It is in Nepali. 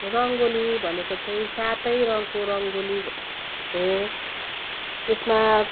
रङ्गोली भनेको चाहिँ सातै रङको रङ्गोली हो यसमा